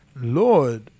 Lord